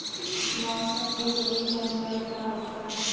मौसम के सही जानकारी का होखेला?